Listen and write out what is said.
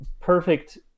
perfect